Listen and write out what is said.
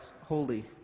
holy